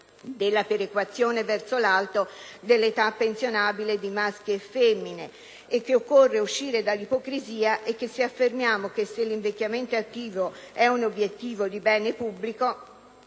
della perequazione verso l'alto dell'età pensionabile di maschi e femmine», che «occorre uscire dall'ipocrisia» e che «se affermiamo che l'invecchiamento attivo è un obiettivo di bene pubblico,